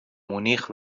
مونیخ